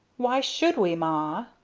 why should we, ma?